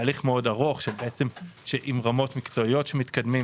תהליך מאוד ארוך עם רמות מקצועיות שמתקדמים.